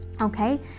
Okay